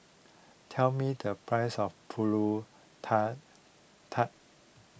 tell me the price of Pulut Tatal